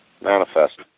Manifest